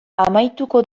amaituko